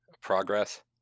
Progress